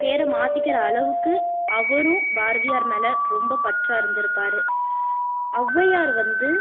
பெயர மாற்றிக்கற அளவுக்கு அவரும் பாரதியார் மேலே ரொம்ப பற்றாக இருந்துருக்காரு ஒளவையார் வந்து